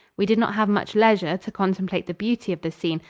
we did not have much leisure to contemplate the beauty of the scene,